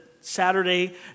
Saturday